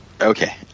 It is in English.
Okay